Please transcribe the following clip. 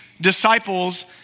disciples